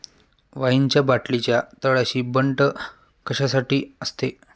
वाईनच्या बाटलीच्या तळाशी बंट कशासाठी असते?